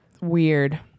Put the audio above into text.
Weird